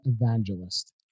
evangelist